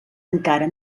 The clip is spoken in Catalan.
encara